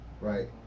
right